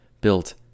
built